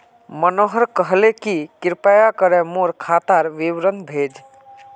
मनोहर कहले कि कृपया करे मोर खातार विवरण भेज